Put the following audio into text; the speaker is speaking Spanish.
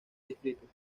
distritos